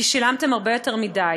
כ׳ שילמתם הרבה יותר מדי,